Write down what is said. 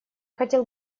хотел